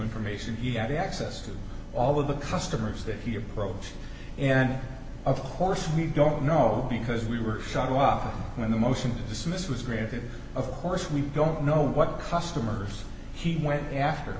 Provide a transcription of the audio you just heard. information he had access to all of the customers that he approached and of course we don't know because we were shocked wow when the motion to dismiss was granted of course we don't know what customers he went after